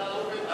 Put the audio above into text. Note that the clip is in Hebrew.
עם